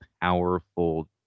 powerful